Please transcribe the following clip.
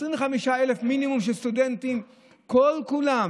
25,000 סטודנטים מינימום, כל-כולם.